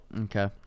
Okay